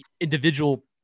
individual